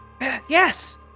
Yes